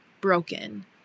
broken